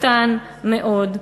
קטן מאוד.